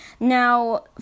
Now